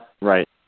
Right